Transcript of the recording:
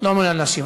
לא מעוניין להשיב.